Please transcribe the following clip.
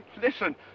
Listen